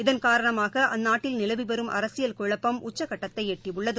இதன்காரணமாகஅந்நாட்டில் நிலவிவரும் அரசியல் குழப்பம் உச்சக்கட்டத்தைஎட்டியுள்ளது